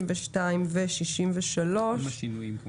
62 ו-63 עם השינויים.